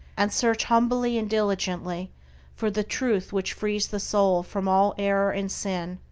and search humbly and diligently for the truth which frees the soul from all error and sin,